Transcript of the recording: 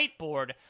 whiteboard